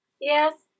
Yes